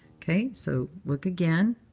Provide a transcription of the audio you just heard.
ok. so look again.